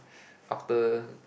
after